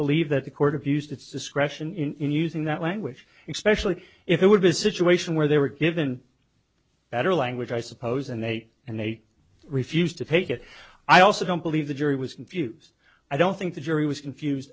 believe that the court of use its discretion in using that language especially if it would visit you ation where they were given better language i suppose and they and they refused to take it i also don't believe the jury was confused i don't think the jury was confused